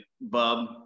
bub